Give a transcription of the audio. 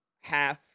half